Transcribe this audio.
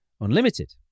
unlimited